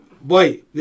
boy